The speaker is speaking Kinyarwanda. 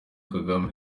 kagame